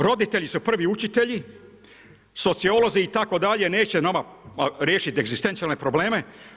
Roditelji su prvi učitelji, sociolozi itd. neće nama riješit egzistencijalne probleme.